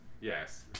Yes